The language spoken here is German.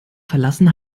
verlassen